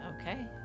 okay